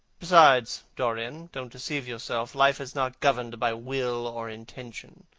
besides, dorian, don't deceive yourself. life is not governed by will or intention.